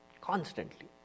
Constantly